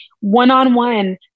one-on-one